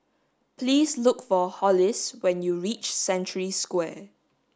please look for Hollis when you reach Century Square